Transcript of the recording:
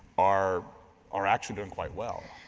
are are actually doing quite well.